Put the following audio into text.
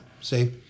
see